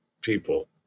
people